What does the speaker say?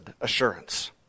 assurance